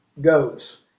goes